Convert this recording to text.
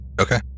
Okay